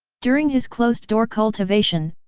during his closed-door cultivation,